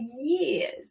years